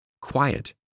quiet